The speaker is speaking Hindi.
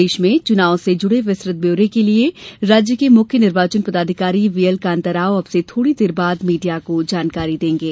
प्रदेश में चुनाव से जुड़े विस्तृत ब्यौरे के लिये राज्य के मुख्य निर्वाचन पदाधिकारी बीएल कांताराव अब से थोड़ी देर बाद मीडिया को जानकारी देंगे